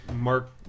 Mark